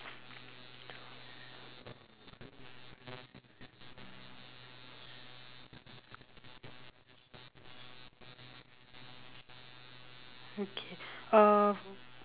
uh